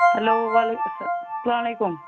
hello وعلیکُم سَلام سَلام علیکُم